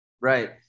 Right